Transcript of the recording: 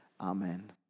amen